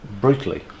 brutally